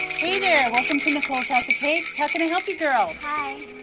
hey, there, welcome to nicole's house of cakes. how can i help you girls? hi.